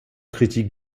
critique